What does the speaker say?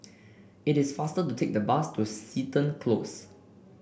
it is faster to take the bus to Seton Close